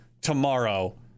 tomorrow